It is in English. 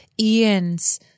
Ian's